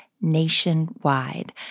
nationwide